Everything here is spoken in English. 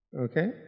okay